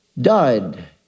died